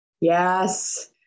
Yes